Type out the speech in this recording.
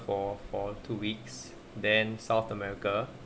for for two weeks then south america